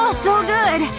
ah so good!